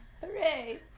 Hooray